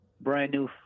brand-new